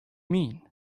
mean